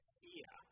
fear